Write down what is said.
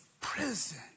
prison